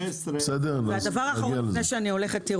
דבר אחרון לפני שאני הולכת,